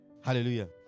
Hallelujah